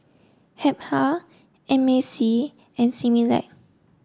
Habhal M A C and Similac